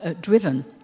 driven